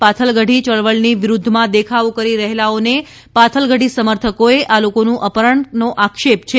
પાથલગડી ચળવળની વિરૂદ્વમાં દેખાવો કરી રહેલાઓને પાથલગડી સમર્થકોએ આ લોકોનું અપહરણ આક્ષેપ છે